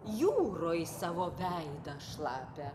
jūroj savo veidą šlapią